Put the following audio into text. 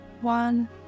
one